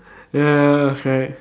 ya right